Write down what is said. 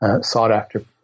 sought-after